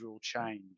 change